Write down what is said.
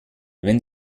wenn